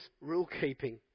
rule-keeping